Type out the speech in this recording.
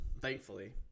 Thankfully